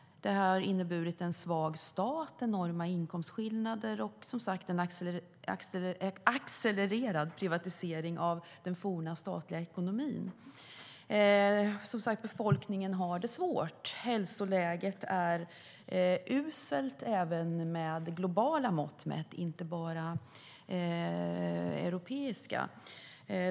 Det har inneburit en svag stat, enorma inkomstskillnader och en accelererad privatisering av den forna statliga ekonomin. Befolkningen har det svårt. Hälsoläget är uselt även med globala mått mätt och inte bara europeiska.